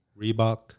Reebok